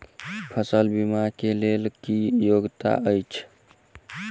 फसल बीमा केँ लेल की योग्यता अछि?